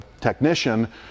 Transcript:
technician